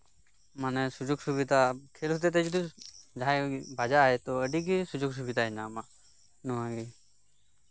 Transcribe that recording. ᱢᱟᱱᱮ ᱥᱩᱡᱳᱜᱽ ᱥᱩᱵᱤᱛᱟ ᱢᱟᱱᱮ ᱠᱷᱮᱞ ᱦᱚᱛᱮᱡ ᱛᱮ ᱡᱩᱫᱤ ᱡᱟᱦᱟᱸᱭ ᱵᱟᱡᱟᱜᱼᱟᱭ ᱟ ᱰᱤ ᱜᱮ ᱥᱩᱡᱳᱜᱽᱼᱥᱩᱵᱤᱫᱟᱭ ᱧᱟᱢᱟ ᱱᱚᱶᱟ ᱜᱮ